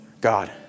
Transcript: God